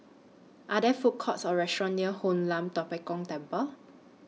Are There Food Courts Or restaurants near Hoon Lam Tua Pek Kong Temple